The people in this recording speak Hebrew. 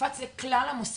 שהופץ לכלל המוסדות,